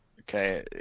okay